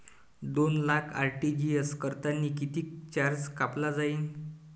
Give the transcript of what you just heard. दोन लाख आर.टी.जी.एस करतांनी कितीक चार्ज कापला जाईन?